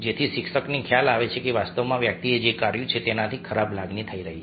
જેથી શિક્ષકને ખ્યાલ આવે કે વાસ્તવમાં વ્યક્તિએ જે કર્યું છે તેનાથી ખરાબ લાગણી થઈ રહી છે